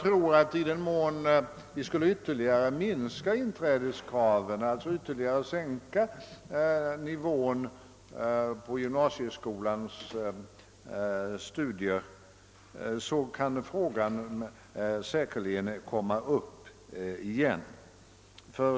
För den händelse att vi ytterligare skulle minska inträdeskraven och alltså i än högre grad skulle sänka nivån på gymnasieskolans studier kommer frågan säkerligen upp igen.